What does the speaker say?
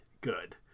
good